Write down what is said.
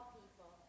people